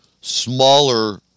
smaller